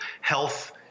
health